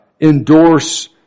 endorse